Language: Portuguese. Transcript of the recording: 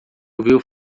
ouviu